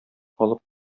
алып